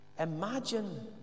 Imagine